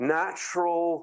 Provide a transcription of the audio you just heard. natural